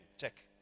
Check